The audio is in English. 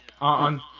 On